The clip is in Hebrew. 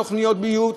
תוכניות ביוב,